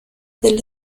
del